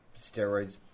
steroids